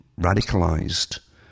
radicalized